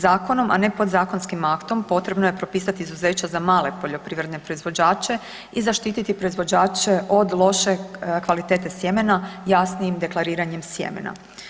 Zakonskim, a ne podzakonskim aktom potrebno je propisati izuzeća za male poljoprivredne proizvođače i zaštititi proizvođače od loše kvalitete sjemena jasnijim deklariranjem sjemena.